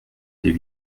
des